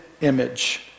image